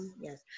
Yes